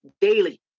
daily